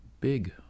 big